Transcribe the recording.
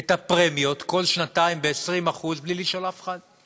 את הפרמיות כל שנתיים ב-20% בלי לשאול אף אחד.